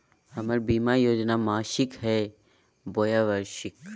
हमर बीमा योजना मासिक हई बोया वार्षिक?